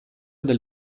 del